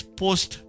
post